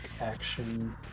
action